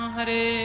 Hare